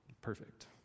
Perfect